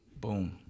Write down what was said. Boom